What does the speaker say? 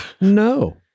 No